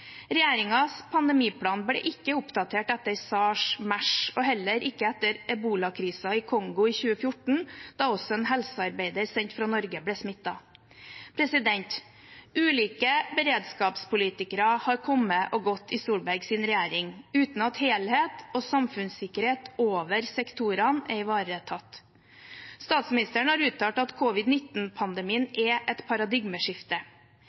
pandemiplan ble ikke oppdatert etter SARS, MERS og heller ikke etter ebolakrisen i Kongo i 2014, da også en helsearbeider sendt fra Norge ble smittet. Ulike beredskapspolitikere har kommet og gått i Solbergs regjering uten at helhet og samfunnssikkerhet over sektorene er ivaretatt. Statsministeren har uttalt at covid-19-pandemien er et paradigmeskifte.